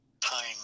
time